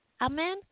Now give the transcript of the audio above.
Amen